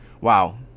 Wow